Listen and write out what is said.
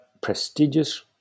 prestigious